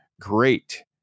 great